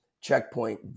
checkpoint